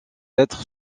être